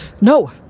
No